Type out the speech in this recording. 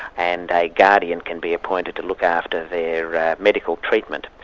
and a guardian can be appointed to look after their medical treatment.